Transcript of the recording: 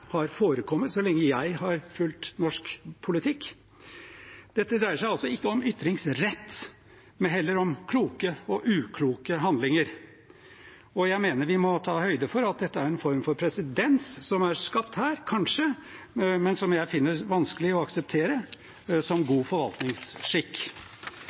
har forekommet så lenge jeg har fulgt norsk politikk. Dette dreier seg altså ikke om ytringsrett, men heller om kloke og ukloke handlinger. Og jeg mener vi må ta høyde for at det er en form for presedens som er skapt her, kanskje, men som jeg finner vanskelig å akseptere som